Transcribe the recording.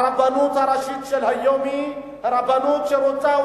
הרבנות הראשית של היום היא רבנות שרוצה,